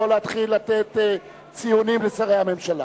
לא להתחיל לתת ציונים לשרי הממשלה.